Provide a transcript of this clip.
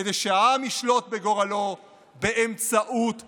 כדי שהעם ישלוט בגורלו באמצעות נבחריו.